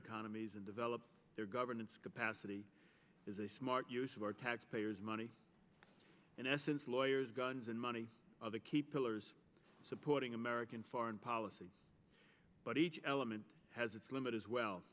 economies and develop their governance capacity is a smart use of our taxpayers money in essence lawyers guns and money are the key pillars supporting american foreign policy but each element has its limit as well